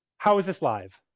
how is this live?